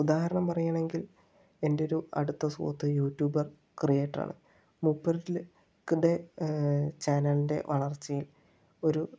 ഉദാഹരണം പറയാണെങ്കിൽ എന്റൊരു അടുത്ത സുഹൃത്ത് യൂടൂബർ ക്രീയേറ്റർ ആണ് മൂപ്പർക്ക്ക്കിൻ്റെ ചാനലിൻ്റെ വളർച്ചയും ഒരു